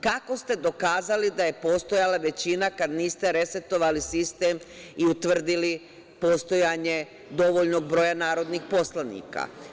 Kako ste dokazali da je postojala većina kada niste resetovali sistem i utvrdili postojanje dovoljnog broja narodnih poslanika?